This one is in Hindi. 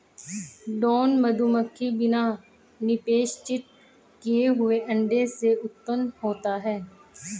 ड्रोन मधुमक्खी बिना निषेचित किए हुए अंडे से उत्पन्न होता है